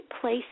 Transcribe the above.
place